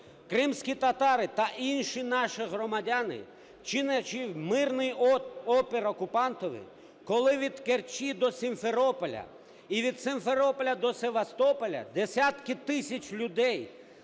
Кримські татари та інші наші громадяни, чинячи мирний опір окупантові, коли від Керчі до Сімферополя і від Сімферополя до Севастополя десятки тисяч людей